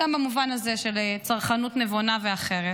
גם במובן הזה של צרכנות נבונה ואחרת,